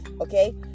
okay